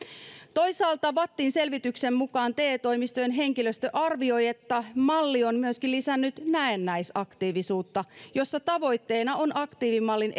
toisaalta vattin selvityksen mukaan te toimistojen henkilöstö arvioi että malli on myöskin lisännyt näennäisaktiivisuutta jossa tavoitteena on aktiivimallin